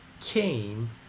came